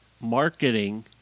marketing